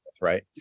right